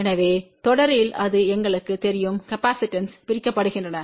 எனவே தொடரில் அது எங்களுக்குத் தெரியும் காப்பாசிட்டன்ஸ்கள் பிரிக்கப்படுகின்றன